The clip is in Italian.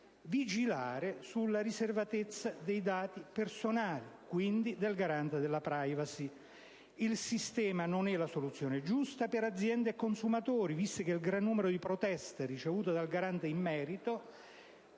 vigilare sulla riservatezza dei dati personali, quindi del Garante della *privacy*. Il sistema non è la soluzione giusta per aziende e consumatori, visto il gran numero di proteste ricevute dal Garante in merito: